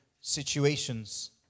situations